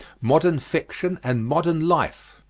modern fiction and modern life.